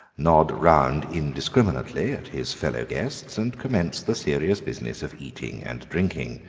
nod round indiscriminately at his fellow-guests, and commence the serious business of eating and drinking.